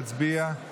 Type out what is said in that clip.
הצביע ומבקש להצביע?